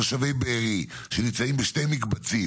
עמיתיי חברי וחברות הכנסת, מכובדי, מכובדי השר,